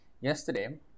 yesterday